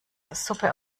suppe